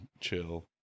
chill